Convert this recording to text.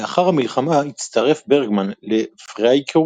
לאחר המלחמה הצטרף ברגמן לפרייקור,